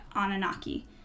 Anunnaki